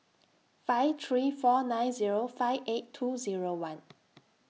five three four nine Zero five eight two Zero one